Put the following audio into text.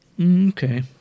Okay